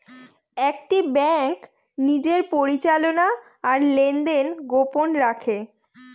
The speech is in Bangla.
একটি ব্যাঙ্ক নিজের পরিচালনা আর লেনদেন গোপন রাখে